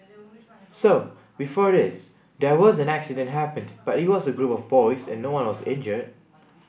so before this there was an accident happened but it was a group of boys and no one was injured